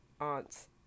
aunt's